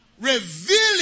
revealing